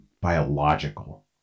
biological